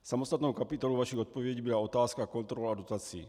Samostatnou kapitolou vaší odpovědi byla otázka kontroly dotací.